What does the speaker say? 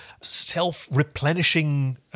self-replenishing